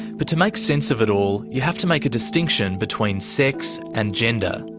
but to make sense of it all, you have to make a distinction between sex and gender.